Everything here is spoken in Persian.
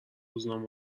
روزنامه